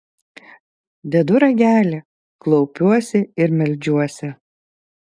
dedu ragelį klaupiuosi ir meldžiuosi